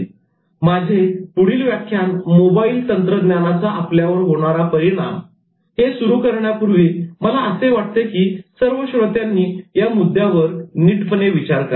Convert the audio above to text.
" माझे पुढील व्याख्यान 'मोबाईल तंत्रज्ञानाचा आपल्यावर होणारा परिणाम' हे सुरु करण्यापूर्वी मला असे वाटते की सर्व श्रोत्यांनी या मुद्द्यावर विचार करावा